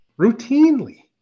Routinely